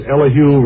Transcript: Elihu